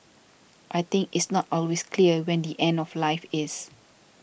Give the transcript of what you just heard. I think it's not always clear when the end of life is